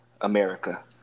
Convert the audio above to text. America